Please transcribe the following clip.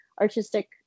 artistic